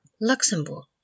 Luxembourg